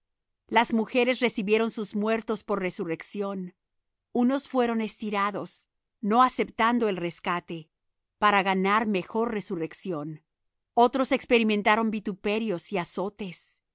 las mujeres recibieron sus muertos por resurrección unos fueron estirados no aceptando el rescate para ganar mejor resurrección otros experimentaron vituperios y azotes y á